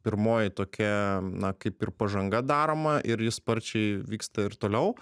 pirmoji tokia na kaip ir pažanga daroma ir ji sparčiai vyksta ir toliau